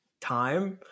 time